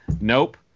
Nope